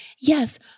Yes